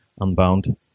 unbound